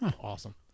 Awesome